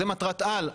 זו מטרת על.